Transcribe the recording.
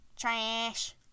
Trash